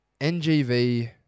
NGV